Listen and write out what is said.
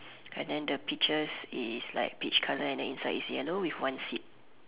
and then the peaches is like peach colour then inside is yellow with one seed